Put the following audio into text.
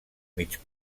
mig